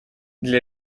для